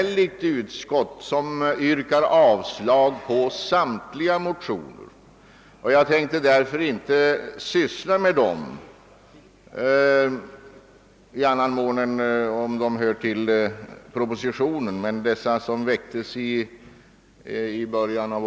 Också reservanterna yrkar avslag på alla dessa motioner. Utskottet är alltså därvidlag fullt enigt. Jag skall därför inte nu uppehålla mig vid motionerna.